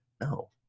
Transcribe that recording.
No